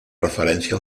referència